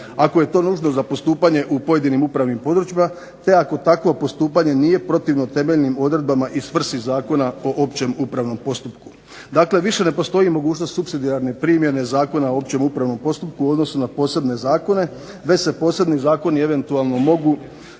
Ako je to nužno za postupanje u pojedinim upravnim područjima, te ako tako postupanje nije protivno temeljnim odredbama i svrsi Zakona o općem upravnom postupku. Dakle, više ne postoji mogućnost supsidijarne primjene Zakona o općem upravnom postupku u odnosu na posebne zakone već se posebni zakoni eventualno mogu